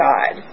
God